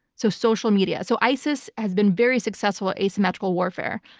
so social media. so isis has been very successful asymmetrical warfare.